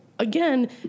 Again